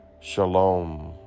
Shalom